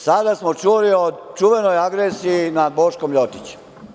Sada čuli o čuvenoj agresiji nad Boškom „Ljotićem“